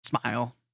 smile